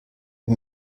wir